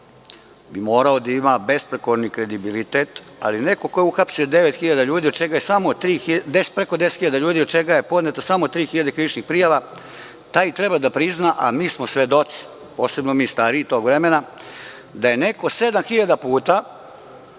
bi morao da ima besprekorni kredibilitet, ali neko ko je uhapsio 10.000 ljudi od čega je podneto samo 3.000 krivičnih prijava, taj treba da prizna, a mi smo svedoci, posebno mi stariji, tog vremena da je neko 7.000 puta